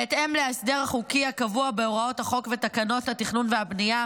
בהתאם להסדר החוקי הקבוע בהוראות החוק ותקנות התכנון והבנייה,